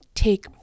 Take